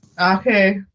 okay